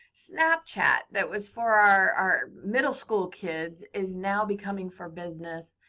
snapchat, that was for our middle school kids is now becoming for business.